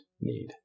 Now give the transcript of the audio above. need